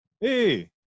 Hey